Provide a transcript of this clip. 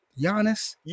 Giannis